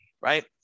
right